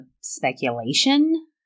speculation